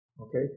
Okay